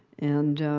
and.